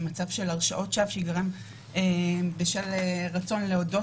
מהרשעות שווא שייגרמו בשל רצון להודות